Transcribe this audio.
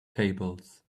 tables